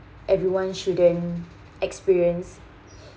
everyone shouldn't experience